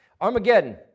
Armageddon